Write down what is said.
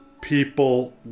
people